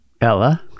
Ella